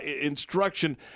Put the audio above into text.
instruction